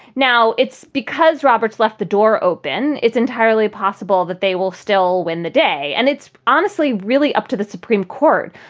now it's because roberts left the door open. it's entirely possible that they will still win the day. and it's honestly really up to the supreme court,